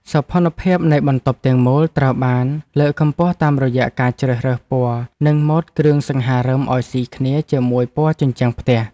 សោភ័ណភាពនៃបន្ទប់ទាំងមូលត្រូវបានលើកកម្ពស់តាមរយៈការជ្រើសរើសពណ៌និងម៉ូដគ្រឿងសង្ហារិមឱ្យស៊ីគ្នាជាមួយពណ៌ជញ្ជាំងផ្ទះ។